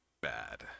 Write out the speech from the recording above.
bad